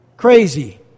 Crazy